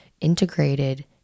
integrated